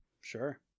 Sure